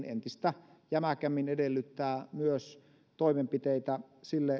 entistä jämäkämmin edellyttää myös toimenpiteitä